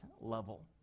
level